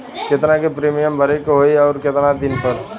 केतना के प्रीमियम भरे के होई और आऊर केतना दिन पर?